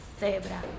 cebra